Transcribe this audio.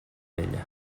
vella